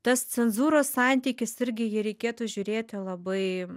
tas cenzūros santykis irgi jį reikėtų žiūrėti labai